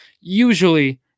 usually